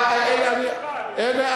לא יהיו בחירות ב-2012.